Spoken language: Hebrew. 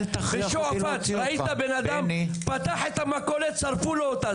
בשועפט ראית בן אדם פתח את המכולת, שרפו לו אותה.